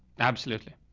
absolutely.